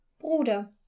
Bruder